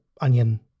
onion